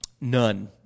None